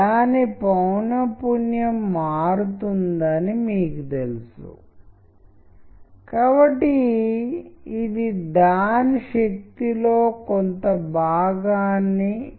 మీ మనస్సులను మార్చటానికి మీరు విషయాలను అర్థం చేసుకునే విధానాన్ని కూడా మార్చగలవు